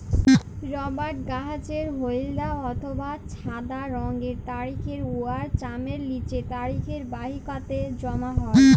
রবাট গাহাচের হইলদ্যা অথবা ছাদা রংয়ের তরুখির উয়ার চামের লিচে তরুখির বাহিকাতে জ্যমা হ্যয়